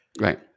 Right